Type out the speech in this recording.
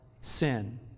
Sin